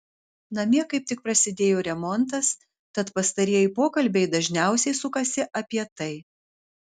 namie kaip tik prasidėjo remontas tad pastarieji pokalbiai dažniausiai sukasi apie tai